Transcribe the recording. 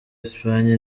espagne